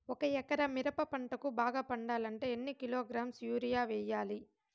ఒక ఎకరా మిరప పంటకు బాగా పండాలంటే ఎన్ని కిలోగ్రామ్స్ యూరియ వెయ్యాలి?